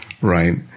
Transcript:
Right